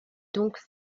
donc